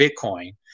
Bitcoin